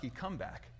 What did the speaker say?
comeback